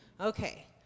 Okay